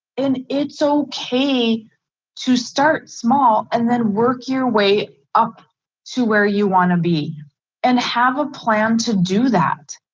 and it's so okay. to start small and then work your way up to where you wanna be and have a plan to do that,